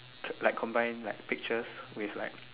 turn like combine like pictures with like